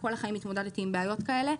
כל החיים התמודדתי עם בעיות כאלה,